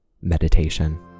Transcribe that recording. meditation